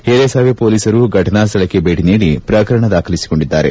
ಹಿರಿಸಾವೆ ಪೋಲೀಸರು ಫಟನಾ ಸ್ಥಳಕ್ಕೆ ಭೇಟಿ ನೀಡಿ ಪ್ರಕರಣ ದಾಖಲಿಸಿಕೊಂಡಿದ್ದಾರೆ